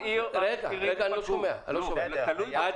זה תלוי בעיר.